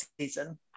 season